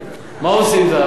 מה עושים, זהבה?